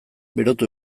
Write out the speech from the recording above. berotu